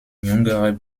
jüngerer